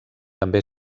també